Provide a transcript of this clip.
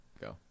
Go